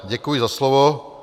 Děkuji za slovo.